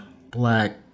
Black